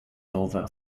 over